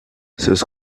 seus